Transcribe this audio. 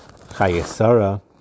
Chayesara